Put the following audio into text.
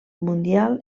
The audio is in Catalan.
mundial